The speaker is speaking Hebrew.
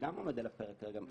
שגם עומד על הפרק כרגע,